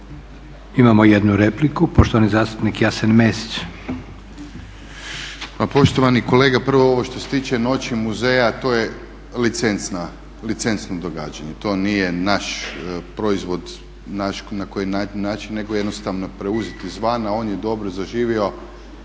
Imamo jednu repliku, poštovani zastupnik Jasen Mesić. **Mesić, Jasen (HDZ)** Pa poštovani kolega, prvo ovo što se tiče noći muzeja, to je licencno događanje, to nije naš proizvod, naš na koji način, nego je jednostavno preuzet izvana, on je dobro zaživio.